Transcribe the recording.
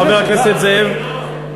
חבר הכנסת זאב,